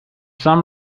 some